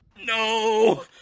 no